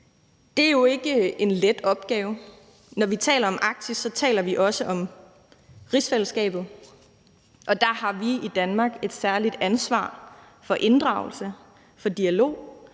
Det er jo ikke en let opgave. Når vi taler om Arktis, taler vi også om rigsfællesskabet, og der har vi i Danmark et særligt ansvar for inddragelse, for dialog